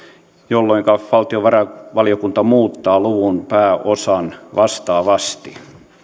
jolloinka valtiovarainvaliokunta muuttaa luvun päätösosan vastaavasti